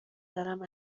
دارم